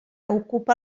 ocupa